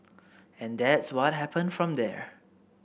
and that's what happened from there